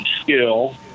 skill